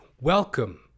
Welcome